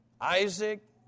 Isaac